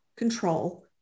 control